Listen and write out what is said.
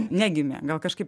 negimė gal kažkaip